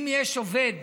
אם יש עובד